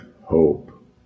hope